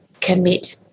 commit